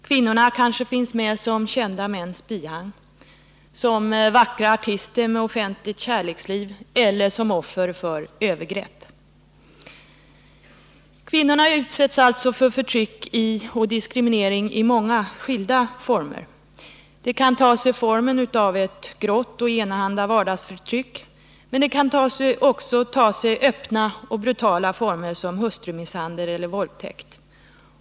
Kvinnorna kanske finns med som kända mäns bihang, som vackra artister med offentligt kärleksliv eller som offer för övergrepp. Kvinnorna utsätts alltså för förtryck och diskriminering i många skilda former. Det kan ta sig formen av ett grått och enahanda vardagsförtryck. Men det kan också ta sig öppna och brutala former som hustrumisshandel eller våldtäkt.